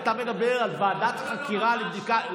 אתה מדבר על ועדת חקירה לבדיקה.